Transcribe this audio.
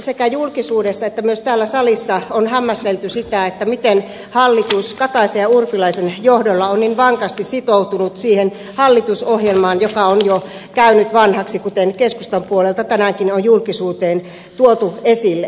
sekä julkisuudessa että myös täällä salissa on hämmästelty sitä miten hallitus kataisen ja urpilaisen johdolla on niin vankasti sitoutunut siihen hallitusohjelmaan joka on jo käynyt vanhaksi kuten keskustan puolelta tänäänkin on julkisuuteen tuotu esille